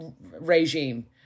regime